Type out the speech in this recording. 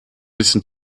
bisschen